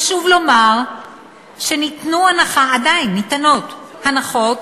חשוב לומר שעדיין ניתנות הנחות